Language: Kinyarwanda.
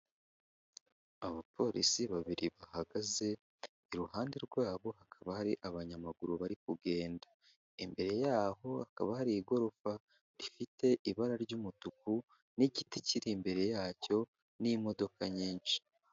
Abapolisi babiri bahagaze iruhande rwabo hakaba hari abanyamaguru bari kugenda, imbere yaho hakaba hari igorofa rifite ibara ry'umutuku n'igiti kiri imbere yacyo n'imodoka nyinshi.